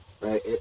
right